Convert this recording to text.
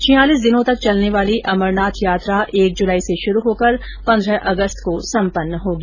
छियालिस दिनों तक चलने वाली अमरनाथ यात्रा एक जुलाई से शुरू होकर पन्द्रह अगस्त को सम्पन्न होगी